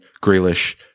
Grealish